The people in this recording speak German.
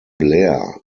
blair